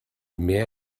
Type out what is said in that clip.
mehr